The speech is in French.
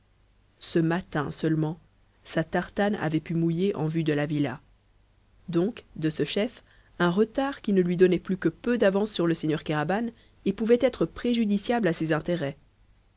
ce matin seulement sa tartane avait pu mouiller en vue de la villa donc de ce chef un retard qui ne lui donnait plus que peu d'avance sur le seigneur kéraban et pouvait être préjudiciable à ses intérêts